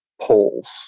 polls